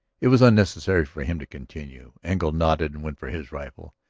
it was unnecessary for him to continue. engle nodded and went for his rifle.